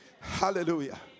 hallelujah